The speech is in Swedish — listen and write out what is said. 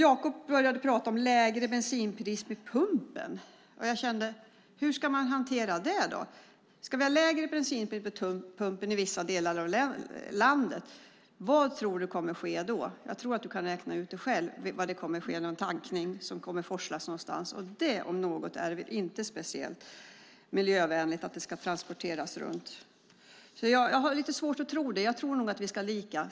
Jacob började också prata om lägre bensinpris vid pumpen. Jag kände: Hur ska man hantera det då? Ska vi ha lägre bensinpris vid pumpen i vissa delar av landet? Vad tror du kommer att ske då, Jacob? Jag tror att du kan räkna ut själv vad som kommer att ske - tankning kommer att forslas någonstans. Det om något är väl inte speciellt miljövänligt. Jag har alltså lite svårt att tro på detta; jag tror att vi ska ha samma.